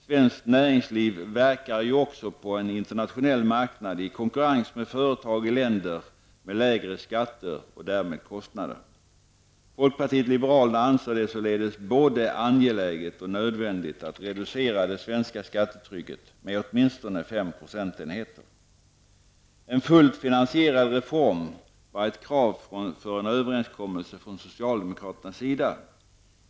Svenskt näringsliv verkar ju också på en internationell marknad i konkurrens med företag i länder med lägre skatter och därmed lägre kostnader. Folkpartiet liberalerna anser det således både angeläget och nödvändigt att reducera det svenska skattetrycket med åtminstone 5 procentenheter. En fullt finansierad reform var ett krav för en överenskommelse från socialdemokraternas sida.